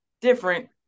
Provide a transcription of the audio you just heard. different